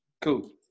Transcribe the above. Cool